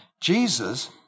Jesus